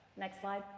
next slide.